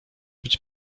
być